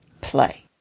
play